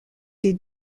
des